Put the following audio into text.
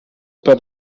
per